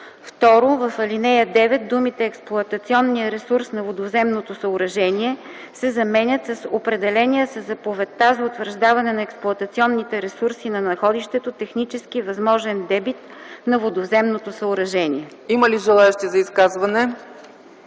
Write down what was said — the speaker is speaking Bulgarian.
2. В ал. 9 думите „експлоатационния ресурс на водовземното съоръжение” се заменят с „определения със заповедта за утвърждаване на експлоатационните ресурси на находището технически възможен дебит на водовземното съоръжение”. ПРЕДСЕДАТЕЛ ЦЕЦКА